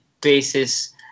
basis